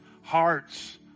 hearts